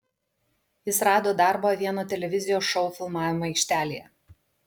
jis rado darbą vieno televizijos šou filmavimo aikštelėje